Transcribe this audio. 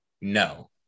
no